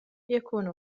يكون